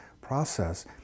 process